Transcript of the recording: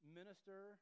minister